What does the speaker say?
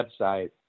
website